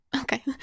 Okay